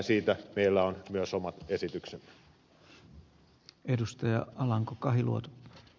siitä meillä on myös omat esityksemme